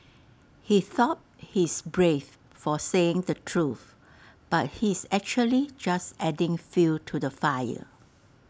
he thought he's brave for saying the truth but he is actually just adding fuel to the fire